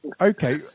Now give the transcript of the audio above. Okay